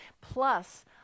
plus